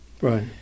Right